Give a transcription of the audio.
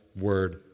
word